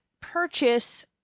purchase